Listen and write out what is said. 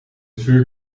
vuur